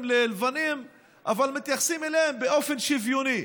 ללבנים אבל מתייחסים אליהם באופן שוויוני.